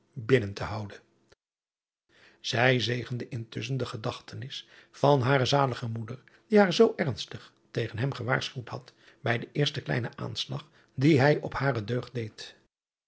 binnen te houden ij zegende intusschen de gedachtenis van hare zalige moeder die haar zoo ernstig tegen hem gewaarschuwd had bij den eersten kleinen aanslag dien hij op hare deugd deed